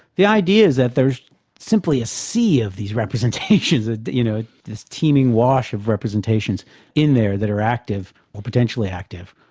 the idea is that there's simply a sea of these representations, ah that you know, this teeming wash of representations in there that are active or potentially active,